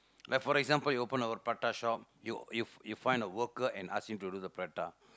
like for example you open a prata shop you you find a worker and ask him to do the prata